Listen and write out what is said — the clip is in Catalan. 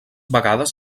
vegades